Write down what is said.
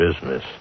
business